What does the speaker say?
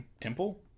Temple